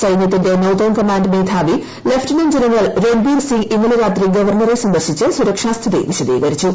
സൈന്യത്തിന്റെ northern command മേധാവി lieutenant general Ranbir Singh ഇന്നലെ രാത്രി ഗവർണ്ണറെ സന്ദർശിച്ച് സുരക്ഷാസ്ഥിതി വിശദീകരിച്ചു